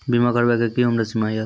बीमा करबे के कि उम्र सीमा या?